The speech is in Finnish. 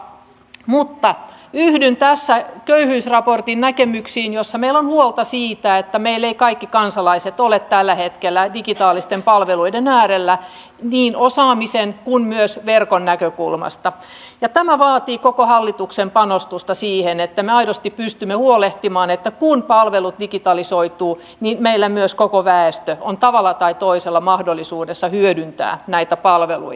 mutta yhdyn tässä köyhyysraportin näkemyksiin joissa meillä on huolta siitä että meillä eivät kaikki kansalaiset ole tällä hetkellä digitaalisten palveluiden äärellä niin osaamisen kuin myöskään verkon näkökulmasta ja tämä vaatii koko hallituksen panostusta siihen että me aidosti pystymme huolehtimaan että kun palvelut digitalisoituvat niin meillä myös koko väestöllä on tavalla tai toisella mahdollisuus hyödyntää näitä palveluita